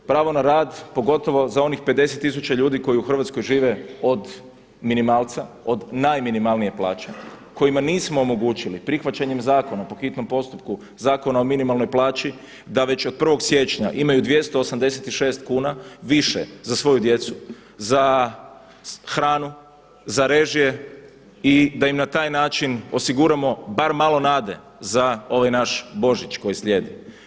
Pravo na rad pogotovo za onih 50 tisuća ljudi koji u Hrvatskoj žive od minimalca, od najminimalnije plaće, kojima nismo omogućili prihvaćanjem zakona po hitnom postupku, Zakona o minimalnoj plaći, da već od 1. siječnja imaju 286 kuna više za svoju djecu, za hranu, za režije i da im na taj način osiguramo bar malo nade za ovaj naš Božić koji slijedi.